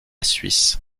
suisse